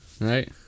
Right